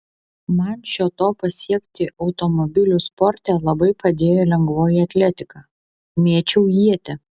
man šio to pasiekti automobilių sporte labai padėjo lengvoji atletika mėčiau ietį